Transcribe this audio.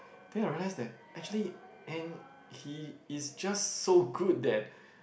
then I realized that actually an he is just so good that